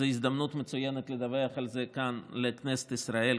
זו הזדמנות מצוינת לדווח על זה כאן לכנסת ישראל,